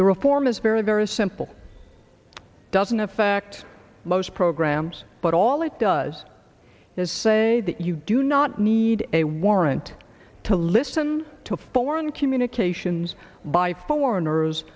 the reform is very very simple doesn't affect most programs but all it does is say that you do not need a warrant to listen to foreign communications by foreigners